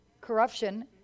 Corruption